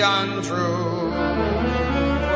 untrue